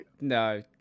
No